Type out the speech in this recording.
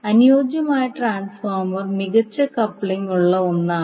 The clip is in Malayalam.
അനുയോജ്യമായ ട്രാൻസ്ഫോർമർ മികച്ച കപ്ലിംഗ് ഉള്ള ഒന്നാണ്